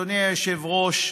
אדוני היושב-ראש,